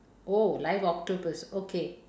oh live octopus okay